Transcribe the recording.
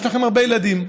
יש לכם הרבה ילדים.